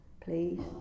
please